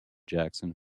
jackson